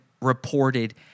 reported